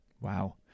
Wow